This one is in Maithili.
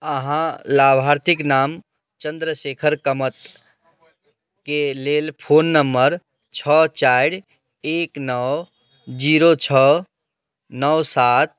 अहाँ लाभार्थीके नाम चन्द्रशेखर कामतके लेल फोन नम्बर छओ चारि एक नओ जीरो छओ नओ सात